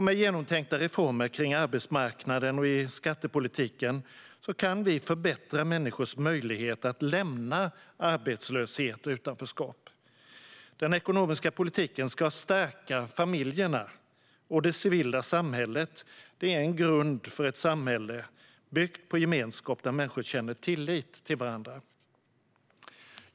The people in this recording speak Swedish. Med genomtänkta reformer för arbetsmarknaden och skattepolitiken kan vi förbättra människors möjligheter att lämna arbetslöshet och utanförskap. Den ekonomiska politiken ska stärka familjerna, och det civila samhället är en grund för ett samhälle byggt på gemenskap, där människor känner tillit till varandra.